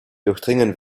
durchdringen